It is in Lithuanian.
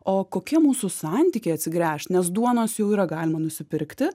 o kokie mūsų santykiai atsigręžt nes duonos jau yra galima nusipirkti